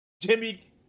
Jimmy